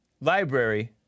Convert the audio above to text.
Library